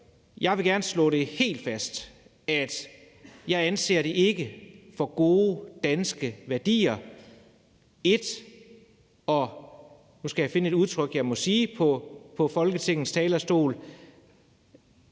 Jeg vil gerne slå helt fast, at jeg ikke anser det for gode danske værdier at ... Nu skal jeg finde et udtryk, som jeg må bruge fra Folketingets talerstol